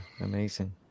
amazing